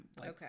Okay